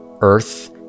earth